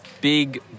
Big